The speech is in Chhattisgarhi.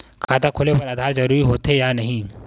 खाता खोले बार आधार जरूरी हो थे या नहीं?